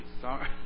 sorry